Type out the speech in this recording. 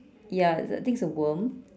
ya is it I think it's a worm